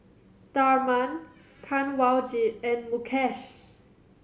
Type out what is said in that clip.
Tharman Kanwaljit and Mukesh